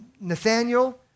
Nathaniel